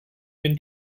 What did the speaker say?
jen